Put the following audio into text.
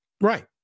right